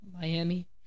Miami